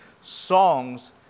songs